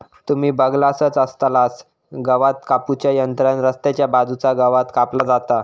तुम्ही बगलासच आसतलास गवात कापू च्या यंत्रान रस्त्याच्या बाजूचा गवात कापला जाता